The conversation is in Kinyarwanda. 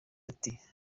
ati